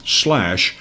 slash